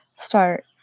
start